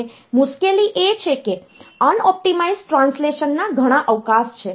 હવે મુશ્કેલી એ છે કે અનઑપ્ટિમાઇઝ ટ્રાન્સલેશન ના ઘણા અવકાશ છે